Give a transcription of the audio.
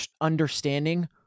understanding